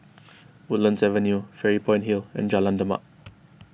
Woodlands Avenue Fairy Point Hill and Jalan Demak